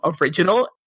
original